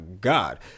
god